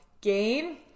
game